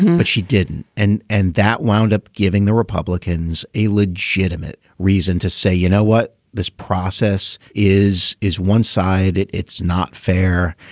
but she didn't. and and that wound up giving the republicans a legitimate reason to say you know what this process is is one sided. it's not fair.